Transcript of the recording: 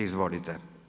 Izvolite.